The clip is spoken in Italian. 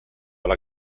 alla